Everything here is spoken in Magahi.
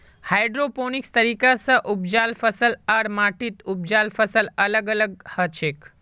हाइड्रोपोनिक्स तरीका स उपजाल फसल आर माटीत उपजाल फसल अलग अलग हछेक